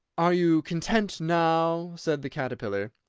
are you content now? said the caterpillar.